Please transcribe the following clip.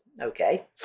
Okay